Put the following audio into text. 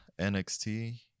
NXT